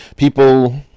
People